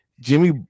Jimmy